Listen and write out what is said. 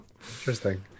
Interesting